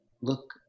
look